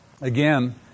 again